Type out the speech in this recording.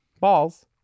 balls